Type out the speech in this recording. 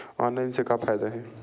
Online से का फ़ायदा हे?